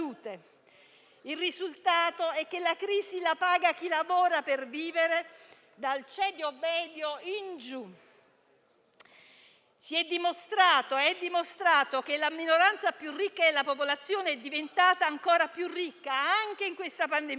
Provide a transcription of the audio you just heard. Il risultato è che la crisi la paga chi lavora per vivere, dal ceto medio in giù. È dimostrato che la minoranza più ricca della popolazione è diventata ancora più ricca anche in questa pandemia.